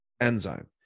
enzyme